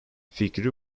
fikri